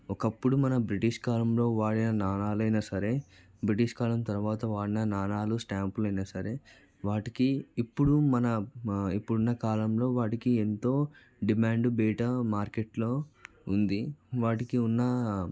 ఒకప్పుడు మన బ్రిటిష్ కాలంలో వాడే నాణాలైనా సరే బ్రిటిష్ కాలం తర్వాత వాడిన నాణాలు స్టాంపులు అయినా సరే వాటికి ఇప్పుడు మన ఇప్పుడున్న కాలంలో వాటికి ఎంతో డిమాండ్ బయట మార్కెట్లో ఉంది వాటికి ఉన్న